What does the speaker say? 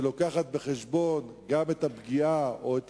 שמביאה בחשבון גם את הפגיעה, את